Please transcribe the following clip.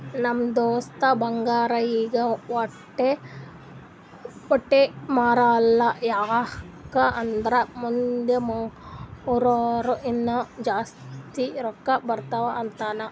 ನಮ್ ದೋಸ್ತ ಬಂಗಾರ್ ಈಗ ವಟ್ಟೆ ಮಾರಲ್ಲ ಯಾಕ್ ಅಂದುರ್ ಮುಂದ್ ಮಾರೂರ ಇನ್ನಾ ಜಾಸ್ತಿ ರೊಕ್ಕಾ ಬರ್ತುದ್ ಅಂತಾನ್